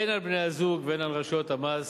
הן על בני-הזוג והן על רשויות המס,